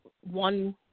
one